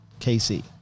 KC